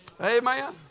Amen